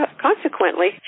consequently